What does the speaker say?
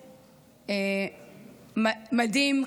הבאמת-מדהים,